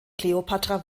kleopatra